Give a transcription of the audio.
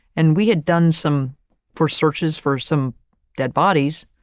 and we had done some for searches for some dead bodies,